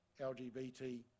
LGBT